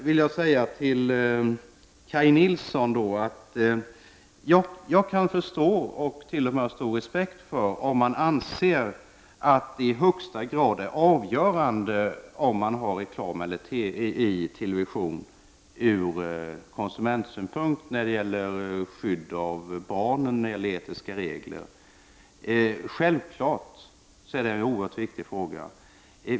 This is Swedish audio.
Till Kaj Nilsson vill jag säga att jag kan förstå — jag har t.o.m. respekt för — om man anser att det i högsta grad är avgörande om man har reklam i TV ur konsumentsynpunkt när det gäller skydd av barn och de etiska reglerna. Självfallet är det en oerhört viktig fråga.